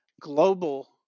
global